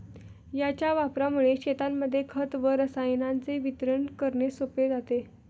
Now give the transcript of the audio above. याच्या वापरामुळे शेतांमध्ये खत व रसायनांचे वितरण करणे सोपे जाते